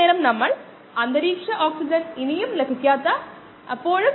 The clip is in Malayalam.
rg0 അതിനാൽ r i minus ro plus rg minus rc ആണ് ഇത്